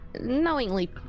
knowingly